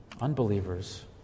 unbelievers